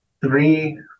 three